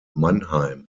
mannheim